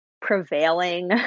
prevailing